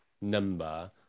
number